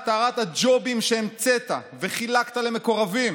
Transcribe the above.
על טהרת הג'ובים שהמצאת וחילקת למקורבים